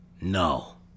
no